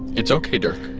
it's okay, dirk.